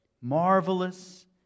Marvelous